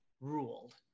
ruled